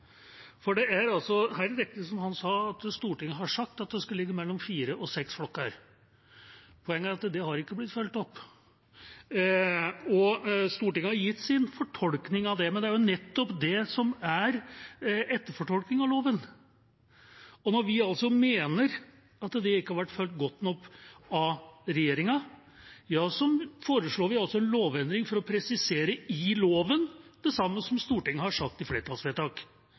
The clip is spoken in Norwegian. Det er helt riktig som han sa, at Stortinget har sagt at det skal ligge på mellom fire og seks flokker. Poenget er at det har ikke blitt fulgt opp. Stortinget har gitt sin fortolkning av det, men det er jo nettopp det som er etterfortolkning av loven. Og når vi mener at det ikke har vært fulgt godt nok av regjeringa, foreslår vi en lovendring for å presisere i loven det samme som Stortinget har sagt i flertallsvedtak.